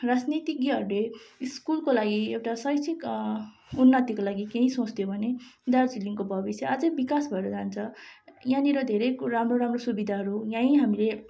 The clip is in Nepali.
राजनीतिज्ञहरूले स्कुलको लागि एउटा शैक्षिक उन्नतिको लागि केही सोचिदियो भने दार्जिलिङको भविष्य अझै विकास भएर जान्छ यहाँनिर धेरै कु राम्रो राम्रो सुविधाहरू यहीँ हामीले